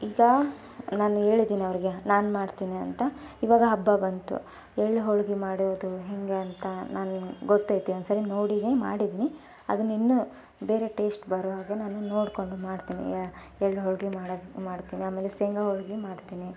ಈಗ ನಾನು ಹೇಳಿದ್ದಿನ್ ಅವರಿಗೆ ನಾನು ಮಾಡ್ತೀನಿ ಅಂತ ಇವಾಗ ಹಬ್ಬ ಬಂತು ಎಳ್ಳು ಹೋಳ್ಗೆ ಮಾಡೋದು ಹೇಗೆ ಅಂತ ನನ್ಗೆ ಗೊತ್ತೈತಿ ಒಂದು ಸಲ ನೋಡಿದೀನಿ ಮಾಡಿದೀನಿ ಅದನ್ನು ಇನ್ನೂ ಬೇರೆ ಟೇಶ್ಟ್ ಬರೋ ಹಾಗೆ ನಾನು ನೋಡಿಕೊಂಡು ಮಾಡ್ತೀನಿ ಎಳ್ಳು ಹೋಳಿಗೆ ಮಾಡಾ ಮಾಡ್ತೀನಿ ಆಮೇಲೆ ಶೇಂಗಾ ಹೋಳಿಗೆ ಮಾಡ್ತೀನಿ